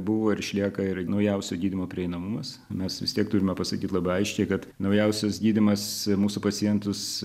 buvo ir išlieka ir naujauso gydymo prieinamumas mes vis tiek turime pasakyti labai aiškiai kad naujausias gydymas mūsų pacientus